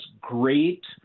great